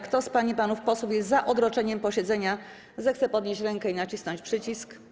Kto z pań i panów posłów jest za odroczeniem posiedzenia, zechce podnieść rękę i nacisnąć przycisk.